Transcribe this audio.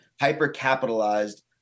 hyper-capitalized